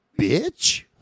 Bitch